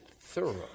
thorough